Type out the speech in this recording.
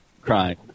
crying